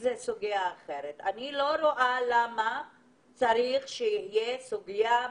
זה לא שהם ממשיכים להיות בחל"ת